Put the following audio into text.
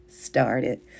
Started